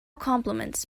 compliments